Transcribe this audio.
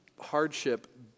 hardship